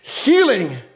healing